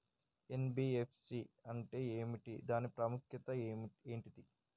NBFC అంటే ఏమిటి దాని ప్రాముఖ్యత ఏంటిది?